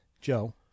Joe